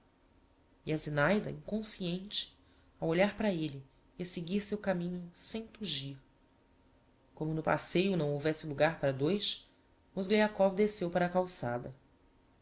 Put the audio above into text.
e a zinaida inconsciente a olhar para elle e a seguir seu caminho sem tugir como no passeio não houvesse logar para dois mozgliakov desceu para a calçada